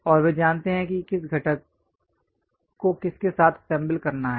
और वे जानते हैं कि किस घटक को किसके साथ असेंबल करना है